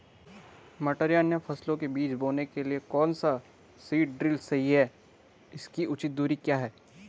मटर या अन्य फसलों के बीज बोने के लिए कौन सा सीड ड्रील सही है इसकी उचित दूरी क्या है?